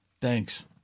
Thanks